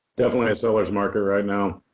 definitely a seller's market right now,